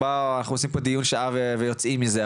אנחנו רק עושים פה דיון למשך שעה ויוצאים מזה,